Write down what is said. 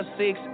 six